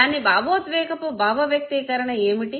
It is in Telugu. దాని భావోద్వేగపు భావవ్యక్తీకరణ ఏమిటి